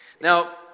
Now